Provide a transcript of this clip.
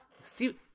See